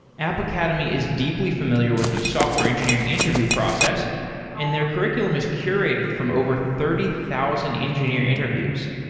app academy is deeply familiar with the software engineering interview process and their curriculum is curated from over thirty thousand engineering interviews.